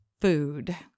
food